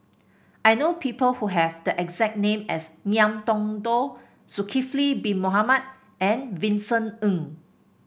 I know people who have the exact name as Ngiam Tong Dow Zulkifli Bin Mohamed and Vincent Ng